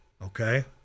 Okay